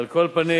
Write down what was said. על כל פנים,